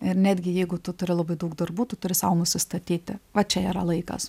ir netgi jeigu tu turi labai daug darbų tu turi sau nusistatyti va čia yra laikas